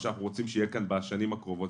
שאנחנו רוצים שיהיה כאן בשנים הקרובות.